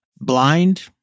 Blind